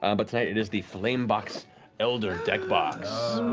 um but tonight it is the flame box elder deck box,